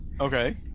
Okay